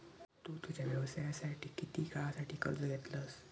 तु तुझ्या व्यवसायासाठी किती काळासाठी कर्ज घेतलंस?